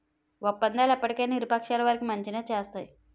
ఒప్పందాలు ఎప్పటికైనా ఇరు పక్షాల వారికి మంచినే చేస్తాయి